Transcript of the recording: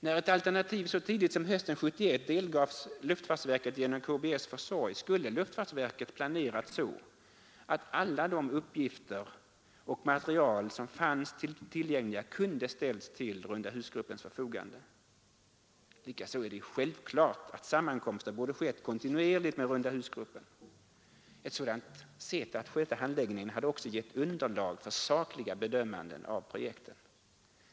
När ett alternativ så tidigt som hösten 1971 delgavs luftfartsverket genom KBS:s försorg skulle luftfartsverket ha planerat så, att alla de uppgifter och material som fanns tillgängliga kunde ha ställts till rundahusgruppens förfogande. Likaså är det självklart att sammankomster borde ha skett kontinuerligt med rundahusgruppen. Ett sådant sätt att sköta handläggningen hade också givit underlag för sakliga bedömanden av projekten.